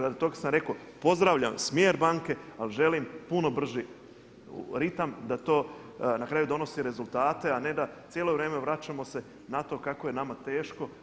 Radi toga sam rekao pozdravljam smjer banke, ali želim puno brži ritam da to na kraju donosi rezultate, a ne da cijelo vrijeme vraćamo se na to kako je nama teško.